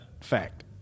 Fact